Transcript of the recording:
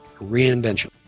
Reinvention